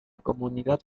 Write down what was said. comunidad